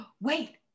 Wait